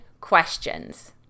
questions